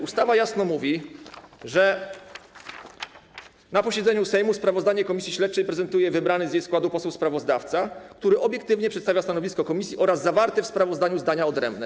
Ustawa mówi jasno, że na posiedzeniu Sejmu sprawozdanie komisji śledczej prezentuje wybrany z jej składu poseł sprawozdawca, który obiektywnie przedstawia stanowisko komisji oraz zawarte w sprawozdaniu zdania odrębne.